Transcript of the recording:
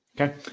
Okay